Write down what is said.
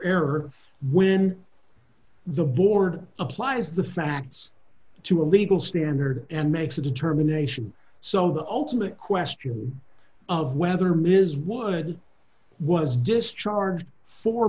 error when the board applies the facts to a legal standard and makes a determination so the ultimate question of whether ms wood was discharged for